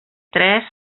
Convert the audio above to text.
tres